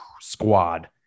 squad